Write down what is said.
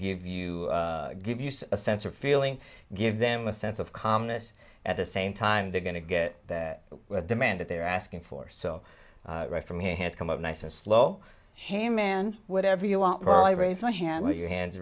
give you give you a sense of feeling give them a sense of calmness at the same time they're going to get their demand that they're asking for so right from here has come up nice and slow hey man whatever you want her i raise my hand with your hands